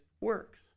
works